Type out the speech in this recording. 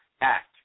Act